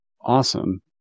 Awesome